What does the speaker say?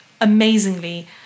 amazingly